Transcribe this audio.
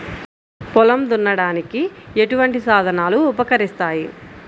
పొలం దున్నడానికి ఎటువంటి సాధనలు ఉపకరిస్తాయి?